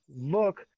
Look